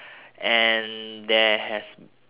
and there has